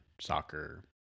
soccer